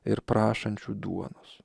ir prašančių duonos